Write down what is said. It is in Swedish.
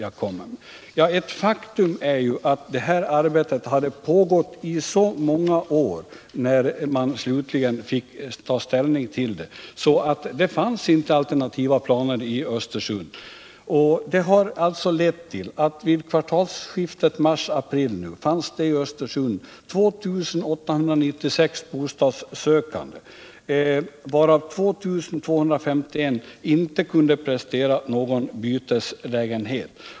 Men ett faktum är att det arbetet hade pågått många år, innan man slutligen fick ta ställning. Det fanns inte några alternativa planer i Östersund. Detta har lett till att det vid kvartalsskiftet mars-april fanns 2 896 bostadssökande i Östersund, varav 2 251 inte kunde prestera någon byteslägenhet.